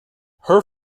her